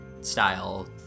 style